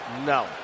No